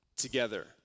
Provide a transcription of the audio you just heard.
together